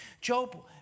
Job